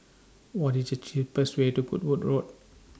What IS The cheapest Way to Goodwood Road